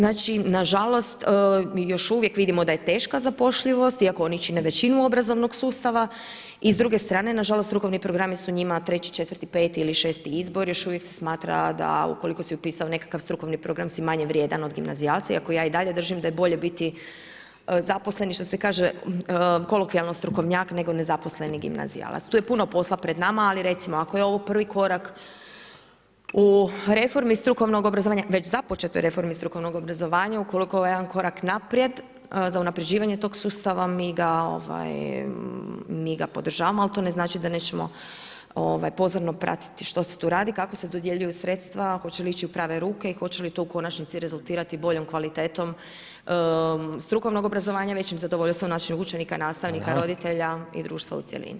Nažalost još uvijek vidimo da je teška zapošljivost iako oni čine većinu obrazovanog sustava i s druge strane nažalost strukovni programi su njima treći, četvrti, peti ili šesti izbor, još uvijek se smatra da ukoliko si upisao nekakav strukovni program si manje vrijedan od gimnazijalca iako ja i dalje držim da je bolje biti zaposlen što se kaže kolokvijalno strukovnjak, nego nezaposleni gimnazijalac, tu je puno posla pred nama ali recimo, ako je ovo prvi korak u reformi strukovnog obrazovanja, već započetoj strukovnog obrazovanja, ukoliko je ovo jedan korak naprijed za unapređivanje tog sustava, mi ga podržavamo ali to ne znači da nećemo pozorno pratiti što se tu radi, kako se dodjeljuju sredstva, hoće li ići u prave ruke i hoće li to u konačnici rezultirati boljom kvalitetom strukovnog obrazovanja, većim zadovoljstvom naših učenika, nastavnika, roditelja i društva u cjelini.